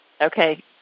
Okay